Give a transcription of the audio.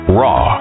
raw